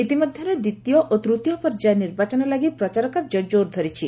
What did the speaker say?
ଇତିମଧ୍ୟରେ ଦ୍ୱିତୀୟ ଓ ତୃତୀୟ ପର୍ଯ୍ୟାୟ ନିର୍ବାଚନ ଲାଗି ପ୍ରଚାର କାର୍ଯ୍ୟ ଜୋର ଧରିଛି